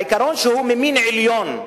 העיקרון שהוא ממין עליון,